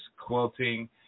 Quilting